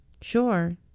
Sure